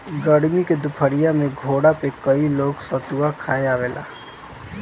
गरमी के दुपहरिया में घोठा पे कई लोग सतुआ खाए आवेला